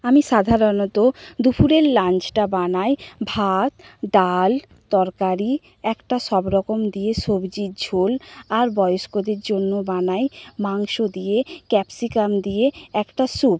আমি সাধারণত দুপুরের লাঞ্চটা বানাই ভাত ডাল তরকারি একটা সব রকম দিয়ে সবজির ঝোল আর বয়স্কদের জন্য বানাই মাংস দিয়ে ক্যাপসিকাম দিয়ে একটা স্যুপ